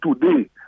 today